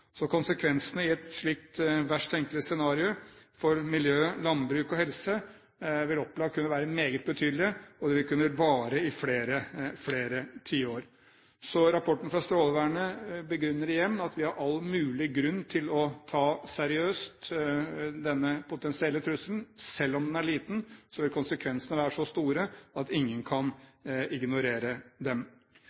Så konsekvensene av et slikt verst tenkelig scenario for miljø, landbruk og helse vil opplagt kunne være meget betydelige, og det vil kunne vare i flere tiår. Rapporten fra Strålevernet begrunner igjen at vi har all mulig grunn til å ta denne potensielle trusselen seriøst. Selv om den er liten, vil konsekvensene være så store at ingen kan ignorere dem.